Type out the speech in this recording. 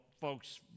folks